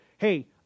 Hey